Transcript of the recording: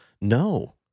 No